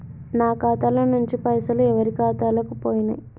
నా ఖాతా ల నుంచి పైసలు ఎవరు ఖాతాలకు పోయినయ్?